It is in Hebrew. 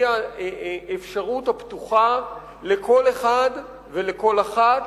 היא האפשרות הפתוחה לכל אחד ולכל אחת,